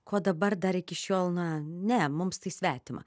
kuo dabar dar iki šiol na ne mums tai svetima